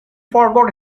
forgot